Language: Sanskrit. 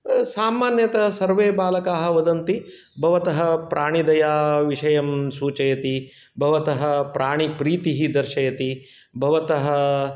सामान्यतः सर्वे बालकाः वदन्ति भवतः प्राणिदयाविषयं सूचयति भवतः प्राणिप्रीतिः दर्शयति भवतः